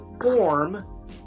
form